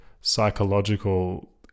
psychological